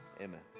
Amen